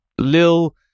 lil